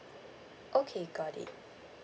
okay got it